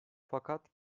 fakat